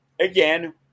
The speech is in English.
again